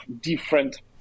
different